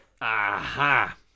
aha